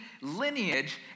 lineage